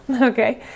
okay